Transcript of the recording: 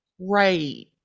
right